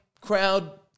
crowd